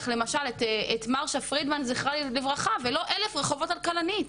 למשל את מרשה פרידמן זכרה לברכה ולא אלף רחובות על כלנית,